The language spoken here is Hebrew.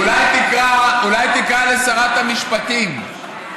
אולי תקרא לשרת המשפטים,